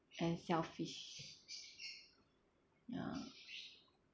and selfish ya